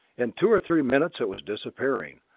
in two or three minutes it was disappearing.